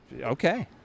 Okay